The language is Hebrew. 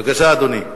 בבקשה, אדוני.